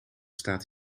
staat